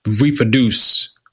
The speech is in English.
reproduce